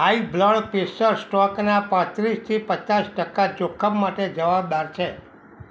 high blood pressure સ્ટ્રોકના પાંત્રીસથી પચાસ ટકા જ જોખમ માટે જવાબદાર છે